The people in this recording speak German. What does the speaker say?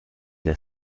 der